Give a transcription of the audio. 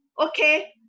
okay